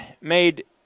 made